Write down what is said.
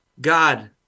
God